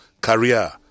career